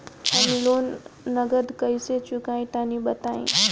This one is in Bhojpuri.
हम लोन नगद कइसे चूकाई तनि बताईं?